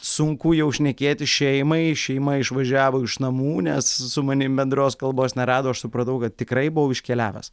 sunku jau šnekėti šeimai šeima išvažiavo iš namų nes su manim bendros kalbos nerado aš supratau kad tikrai buvau iškeliavęs